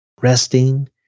Resting